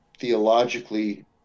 theologically